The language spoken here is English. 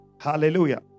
Hallelujah